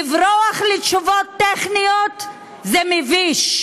לברוח לתשובות טכניות זה מביש.